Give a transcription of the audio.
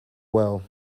well